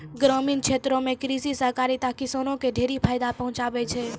ग्रामीण क्षेत्रो म कृषि सहकारिता किसानो क ढेरी फायदा पहुंचाबै छै